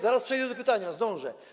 Zaraz przejdę do pytania, zdążę.